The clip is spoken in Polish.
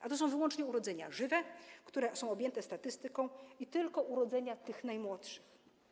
A to są wyłącznie urodzenia żywe, które są objęte statystyką, i tylko urodzenia przez te najmłodsze.